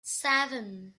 seven